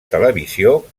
televisió